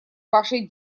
вашей